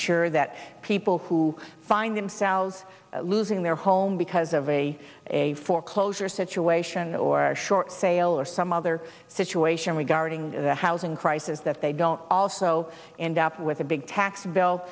sure that people who find themselves losing their home because of a a foreclosure situation or a short sale or some other situation regarding the housing crisis that they don't also end up with a big tax bill